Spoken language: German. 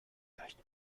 leicht